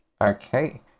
Okay